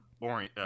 Boring